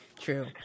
True